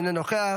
אינו נוכח,